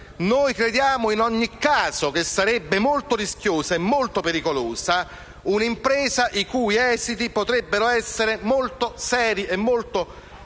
crediamo in ogni caso che sarebbe molto rischiosa e molto pericolosa un'impresa i cui esiti potrebbero essere molto seri e molto